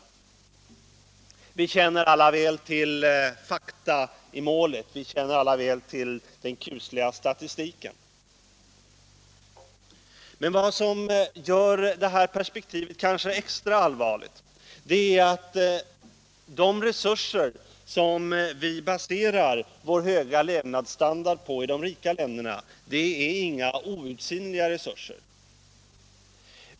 Vi känner alla väl till fakta i målet och är bekanta med den kusliga statistiken. Men vad som gör detta perspektiv kanske extra allvarligt är att de resurser som vi baserar vår höga levnadsstandard på i de rika länderna inte är outsinliga.